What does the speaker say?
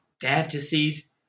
fantasies